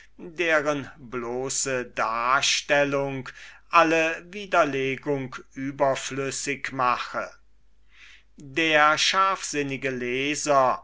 deren bloße darstellung alle widerlegung überflüssig mache der scharfsinnige leser